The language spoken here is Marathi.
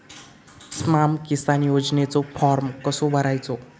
स्माम किसान योजनेचो फॉर्म कसो भरायचो?